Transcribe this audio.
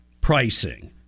pricing